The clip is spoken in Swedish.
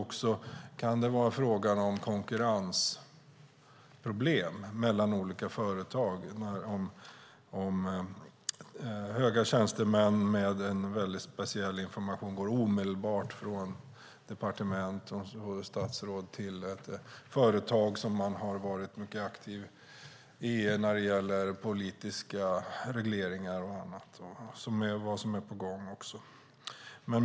Det kan vara fråga om konkurrensproblem mellan olika företag, om statsråd eller höga tjänstemän med en speciell information går omedelbart från departement till företag som man har varit mycket aktiv i när det gäller politiska regleringar och annat. Det är också på gång nu.